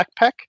backpack